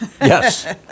Yes